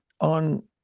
on